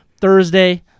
Thursday